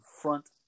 front